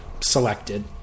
selected